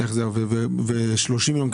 30 מיליון.